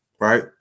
right